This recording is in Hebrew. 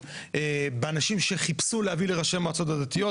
באנשים שחיפשו להביא לראשי המועצות הדתיות,